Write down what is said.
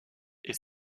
est